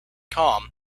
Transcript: com